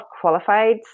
qualified